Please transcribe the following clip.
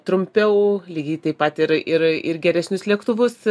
trumpiau lygiai taip pat ir ir ir geresnius lėktuvus